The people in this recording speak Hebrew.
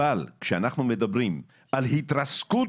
אבל כשאנחנו מדברים על התרסקות